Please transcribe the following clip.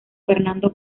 fernando